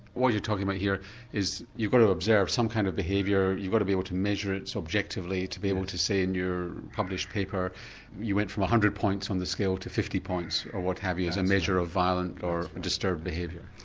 what you're talking about here is you've got to observe some kind of behaviour, you've got to be able to measure it so objectively to be able to say in your published paper you went from one hundred points on the scale to fifty points or what have you as a measure of violent or disturbed behaviour.